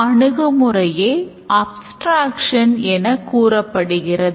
abstraction எனக்கூறப்படுகிறது